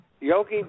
Yogi